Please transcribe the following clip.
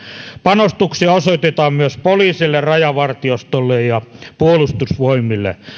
panostuksia osoitetaan myös poliisille rajavartiostolle ja puolustusvoimille